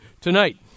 tonight